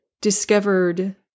discovered